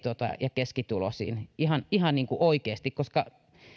ja keskituloisiin ihan ihan niin kuin oikeasti koska kyllä